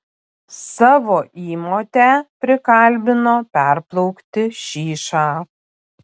savo įmotę prikalbino perplaukti šyšą